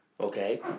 Okay